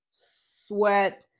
sweat